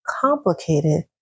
complicated